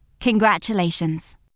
congratulations